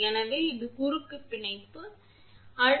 எனவே இது குறுக்கு பிணைப்பு இது குறுக்கு பிணைப்பு